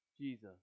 Jesus